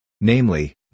Namely